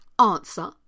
answer